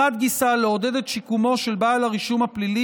מחד גיסא לעודד את שיקומו של בעל הרישום הפלילי